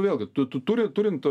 vėlgi tu turi turint